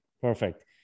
Perfect